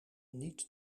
niet